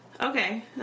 Okay